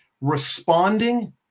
responding